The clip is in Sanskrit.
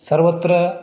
सर्वत्र